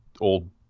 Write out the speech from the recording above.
old